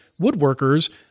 woodworkers